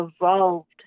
evolved